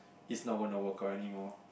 it's not gona to work out anymore